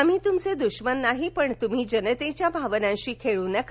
आम्ही तुमचे दुश्मन नाही पण तुम्ही जनतेच्या भावनांशी खेळू नका